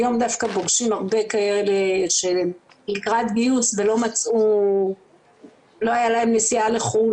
היום דווקא פוגשים הרבה כאלה שהם לקראת גיוס ולא היה להם נסיעה לחו"ל,